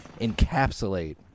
encapsulate